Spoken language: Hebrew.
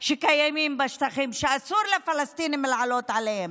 שקיימים בשטחים ואסור לפלסטינים לעלות עליהם.